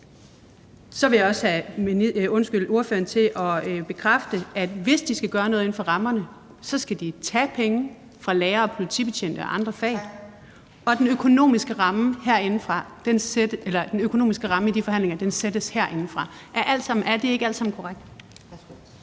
Så vil jeg også have ordføreren til at bekræfte, at hvis de skal gøre noget inden for rammerne, skal de tage penge fra lærere og politibetjente og andre faggrupper, og at den økonomiske ramme i de forhandlinger sættes herindefra. Er det ikke alt sammen korrekt?